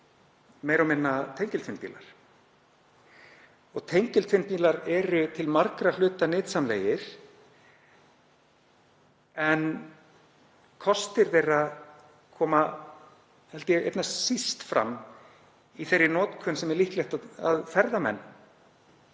og minna tengiltvinnbílar. Tengiltvinnbílar eru til margra hluta nytsamlegir en kostir þeirra koma, held ég, einna síst fram í þeirri notkun sem fylgir ferðamönnum.